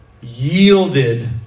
yielded